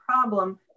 problem